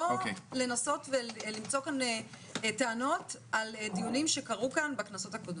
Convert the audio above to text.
לא לנסות ולמצוא טענות על דיונים שקרו כאן בכנסות הקודמות.